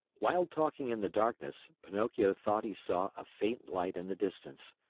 while talking in the darkness, pinocchio thought he saw a faint light in the distance.